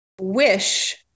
wish